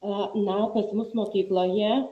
o na pas mus mokykloje